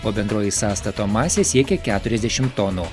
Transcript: o bendroji sąstato masė siekė keturiasdešim tonų